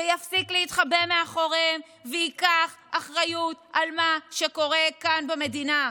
שיפסיק להתחבא מאחוריהם וייקח אחריות על מה שקורה כאן במדינה.